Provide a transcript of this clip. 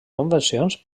convencions